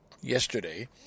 yesterday